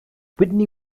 whitney